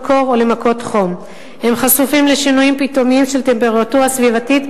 הם חשופים לקרינה מייננת בזמן הובלת חומרים,